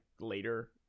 later